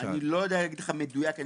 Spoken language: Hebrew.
לא יודע להגיד לך מדויק.